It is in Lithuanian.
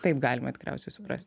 taip galima tikriausiai suprast